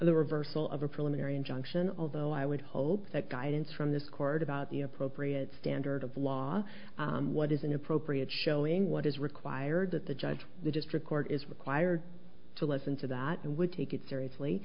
the reversal of a preliminary injunction although i would hope that guidance from this court about the appropriate standard of law what is an appropriate showing what is required that the judge the district court is required to listen to that and would take it seriously